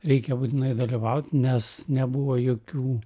reikia būtinai dalyvaut nes nebuvo jokių